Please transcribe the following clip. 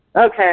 Okay